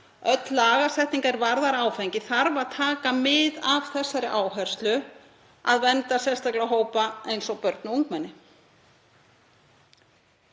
Öll lagasetning er varðar áfengi þarf að taka mið af þessari áherslu, að vernda sérstaklega hópa eins og börn og ungmenni.